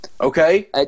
Okay